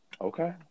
Okay